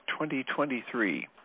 2023